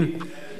כן.